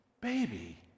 baby